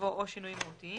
יבוא "או שינויים מהותיים".